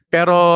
Pero